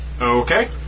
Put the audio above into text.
Okay